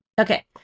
Okay